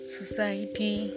society